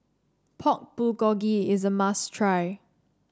Pork Bulgogi is a must try